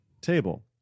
table